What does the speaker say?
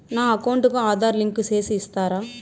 నా అకౌంట్ కు ఆధార్ లింకు సేసి ఇస్తారా?